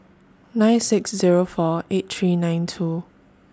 nine six Zero four eight three nine two